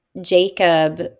Jacob